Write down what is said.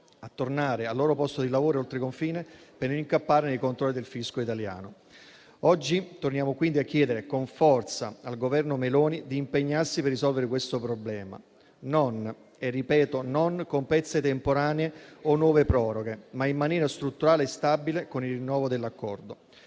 a tornare al loro posto di lavoro oltre confine per non incappare nei controlli del fisco italiano. Oggi torniamo quindi a chiedere con forza al Governo Meloni di impegnarsi per risolvere questo problema non con pezze temporanee o nuove proroghe, ma in maniera strutturale e stabile con il rinnovo dell'Accordo.